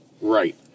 Right